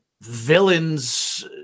villains